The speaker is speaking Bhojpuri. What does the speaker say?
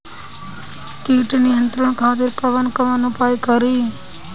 कीट नियंत्रण खातिर कवन कवन उपाय करी?